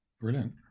Brilliant